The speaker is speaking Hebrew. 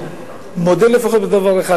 מודה לפחות בדבר אחד,